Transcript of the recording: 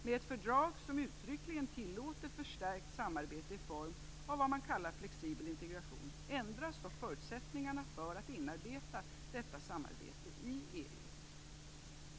Med ett fördrag som uttryckligen tillåter förstärkt samarbete i form av vad man kallar flexibel integration ändras dock förutsättningarna för att inarbeta detta samarbete i EU.